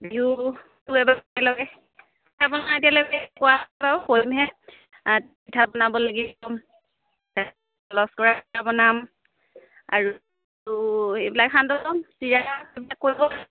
বিহুটো এইবাৰ একেলগে পিঠা পনা এতিয়ালৈকে বাৰু কৰিমহে পিঠা বনাব লাগিব লচকৰা বনাম আৰু এইবিলাক সান্দহ ল'ম চিৰা এইবিলাক